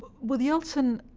with yeltsin,